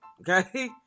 Okay